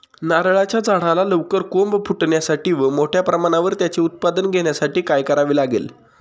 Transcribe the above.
नारळाच्या झाडाला लवकर कोंब फुटण्यासाठी व मोठ्या प्रमाणावर त्याचे उत्पादन घेण्यासाठी काय करावे लागेल?